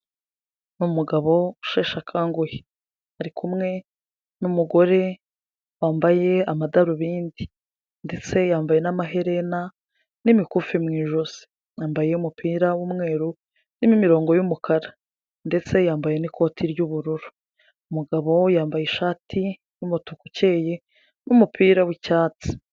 Ni umugabo usheshe akanguhe, ari kumwe n'umugore wambaye amadarubindi ndetse yambaye n'amaherena n'imikufi mu ijosi, yambaye umupira w'umweru urimo imirongo y'umukara ndetse yambaye n'ikoti ry'ubururu, umugabo yambaye ishati y'umutuku ukeye n'umupira w'icyatsi.